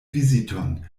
viziton